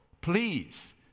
please